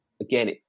again